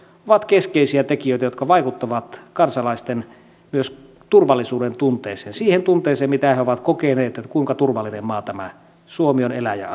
ovat keskeisiä tekijöitä jotka vaikuttavat myös kansalaisten turvallisuudentunteeseen siihen tunteeseen miten he ovat kokeneet kuinka turvallinen maa tämä suomi on elää ja